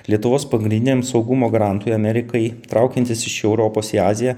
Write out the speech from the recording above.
lietuvos pagriniam saugumo garantui amerikai traukiantis iš europos į aziją